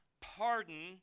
pardon